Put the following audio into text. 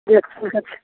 एक सेकेण्ड